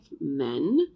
men